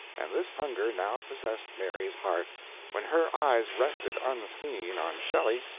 and this hunger now possessed mary's heart when her eyes rested unseen on shelley,